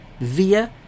via